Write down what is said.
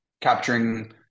capturing